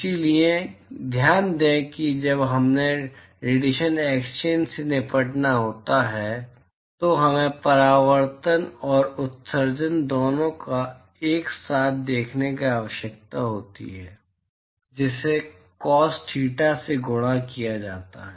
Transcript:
इसलिए ध्यान दें कि जब हमें डिएशन एक्सचेंज से निपटना होता है तो हमें परावर्तन और उत्सर्जन दोनों को एक साथ देखने की आवश्यकता होती है जिसे कॉस थीटा से गुणा किया जाता है